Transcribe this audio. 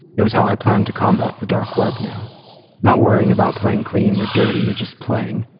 it was how i planned to combat the dark web now not worrying about playing clean or dirty, just playing.